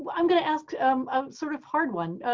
but i'm going to ask a um um sort of hard one.